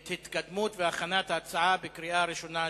את התקדמות והכנת ההצעה בקריאות הראשונה,